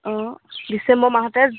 অঁ ডিচেম্বৰ মাহতে